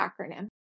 acronym